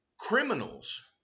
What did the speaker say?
criminals